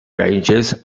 ranges